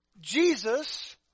Jesus